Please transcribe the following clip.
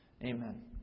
Amen